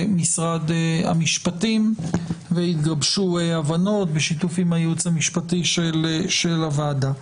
המשפטים והתגבשו הבנות בשיתוף הייעוץ המשפטי של הוועדה.